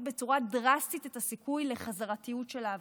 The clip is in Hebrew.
בצורה דרסטית את הסיכוי לחזרתיות של העבירה.